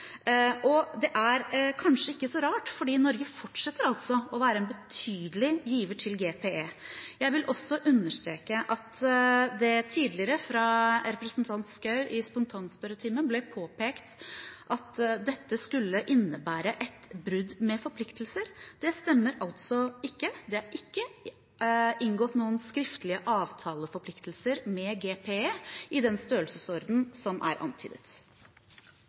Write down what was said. Det er kanskje ikke så rart, for Norge fortsetter altså å være en betydelig giver til GPE. Jeg vil også understreke at det tidligere fra representant Schou i spontanspørretimen ble påpekt at dette skulle innebære et brudd med forpliktelser. Det stemmer altså ikke. Det er ikke inngått noen skriftlige avtaleforpliktelser med GPE i den størrelsesordenen som er antydet.